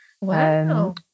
Wow